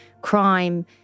crime